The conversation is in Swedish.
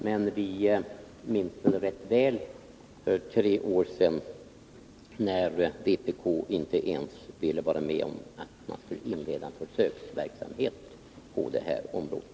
Men vi minns rätt väl när vpk för tre år sedan inte ens ville vara med om att en försöksverksamhet skulle inledas på det här området.